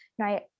right